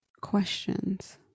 questions